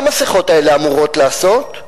מה המסכות האלה אמורות לעשות?